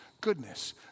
goodness